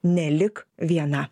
nelik viena